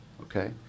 okay